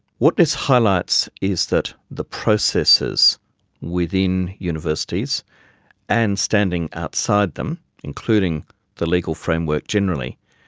what this highlights is that the processes within universities and standing outside them, including the legal framework generally,